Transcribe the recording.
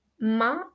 ma